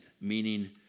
meaning